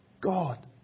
God